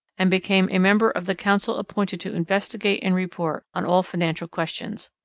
and became a member of the council appointed to investigate and report on all financial questions.